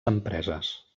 empreses